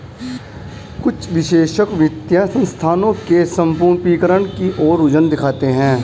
कुछ विशेषज्ञ वित्तीय संस्थानों के समरूपीकरण की ओर रुझान देखते हैं